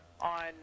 on